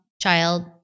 child